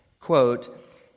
Quote